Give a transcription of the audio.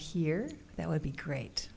here that would be great